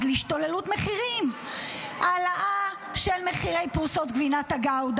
להשתוללות מחירים: העלאה של מחיר פרוסות גבינת הגאודה,